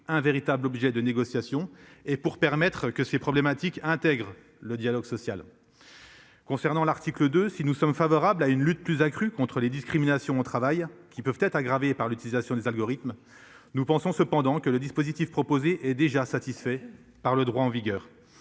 un véritable objet de négociations et pour permettre que ces problématiques intègre le dialogue social. Concernant l'article de si nous sommes favorables à une lutte plus accrue contre les discriminations au travail qui peuvent être aggravé par l'utilisation des algorithmes. Nous pensons cependant que le dispositif proposé est déjà satisfait par le droit en vigueur.